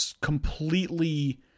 completely